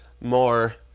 more